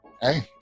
Hey